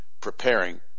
preparing